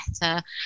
better